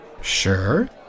Sure